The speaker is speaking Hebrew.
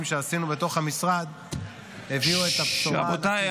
שעשינו בתוך המשרד הביאו את הבשורה --- רבותיי,